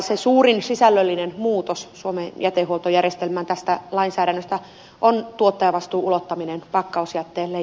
se suurin sisällöllinen muutos suomen jätehuoltojärjestelmään tästä lainsäädännöstä on tuottajavastuun ulottaminen pakkausjätteelle